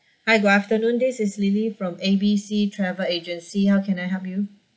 hi good afternoon this is lily from A B C travel agency how can I help you